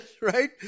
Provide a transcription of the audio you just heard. right